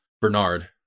Bernard